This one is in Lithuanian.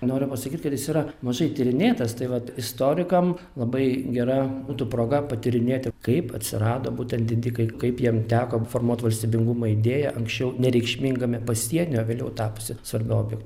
noriu pasakyt kad jis yra mažai tyrinėtas tai vat istorikam labai gera būtų proga patyrinėti kaip atsirado būtent didikai kaip jiem teko formuot valstybingumo idėją anksčiau nereikšmingame pasienio vėliau tapusiu svarbiu objektu